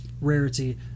rarity